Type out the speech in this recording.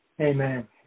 Amen